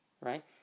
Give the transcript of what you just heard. right